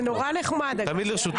תמיד לרשותך.